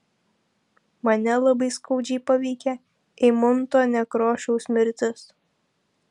mane labai skaudžiai paveikė eimunto nekrošiaus mirtis